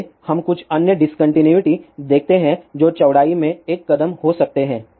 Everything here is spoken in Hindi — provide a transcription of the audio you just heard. आइए हम कुछ अन्य डिस्कन्टिन्यूइटी देखते हैं जो चौड़ाई में एक कदम हो सकते हैं